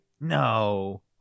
No